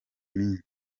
minsi